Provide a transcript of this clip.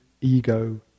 ego